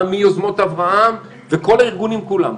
מיוזמות אברהם וכל הארגונים כולם,